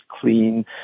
clean